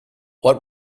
what